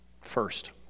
First